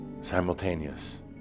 simultaneous